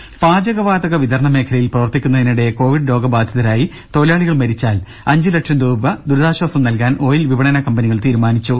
ദരദ പാചകവാതക വിതരണ മേഖലയിൽ പ്രവർത്തിക്കുന്നതിനിടെ കൊവിഡ് രോഗബാധിതരായി തൊഴിലാളികൾ മരിച്ചാൽ അഞ്ച് ലക്ഷം രൂപ ദുരിതാശ്വാസം നൽകാൻ ഓയിൽ വിപണന കമ്പനികൾ തീരുമാനിച്ചു